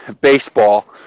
baseball